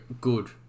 good